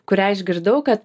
kurią išgirdau kad